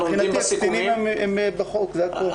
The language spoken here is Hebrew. מבחינתי הקטינים הם בחוק, זה הכול.